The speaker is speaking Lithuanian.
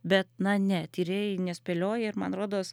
bet na ne tyrėjai nespėlioja ir man rodos